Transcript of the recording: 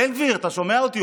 בן גביר, אתה שומע אותי?